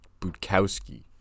Budkowski